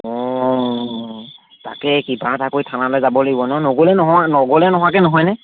অঁ তাকে কিবা এটা কৰি থানালৈ যাব লাগিব ন নগ'লে নহয় নগ'লে নোহোৱাকৈ নহয়নে